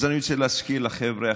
אז אני רוצה להזכיר לחבר'ה החדשים,